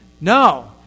No